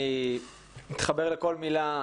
אני מתחבר לכל מילה,